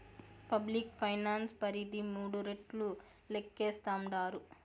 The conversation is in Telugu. పబ్లిక్ ఫైనాన్స్ పరిధి మూడు రెట్లు లేక్కేస్తాండారు